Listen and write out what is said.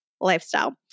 lifestyle